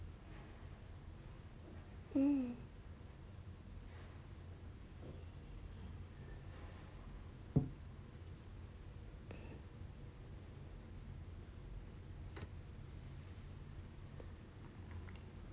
hmm